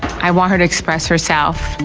i want her to express herself.